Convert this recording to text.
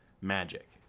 magic